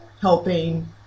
helping